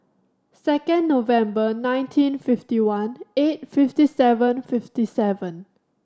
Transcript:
second November nineteen fifty one eight fifty seven fifty seven